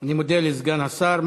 אני מודה לסגן השר.